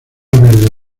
verde